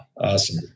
Awesome